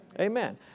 Amen